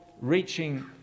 reaching